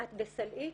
"את בסלעית,